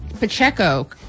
Pacheco